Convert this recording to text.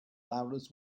loudness